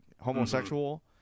homosexual